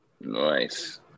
Nice